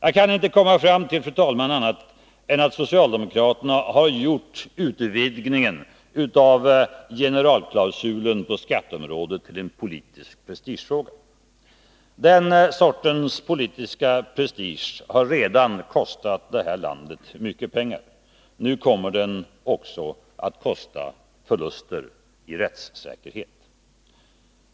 Jag kan inte komma fram till annat, fru talman, än att socialdemokraterna har gjort utvidgningen av generalklausulen på skatteområdet till en politisk prestigefråga. Den sortens politiska prestige har redan kostat detta land mycket pengar — nu kommer den också att kosta förluster i rättssäkerhet.